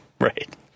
Right